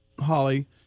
Holly